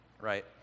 right